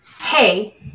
hey